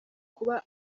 kuba